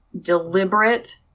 deliberate